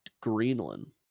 Greenland